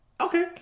Okay